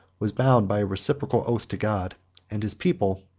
was bound by a reciprocal oath to god and his people,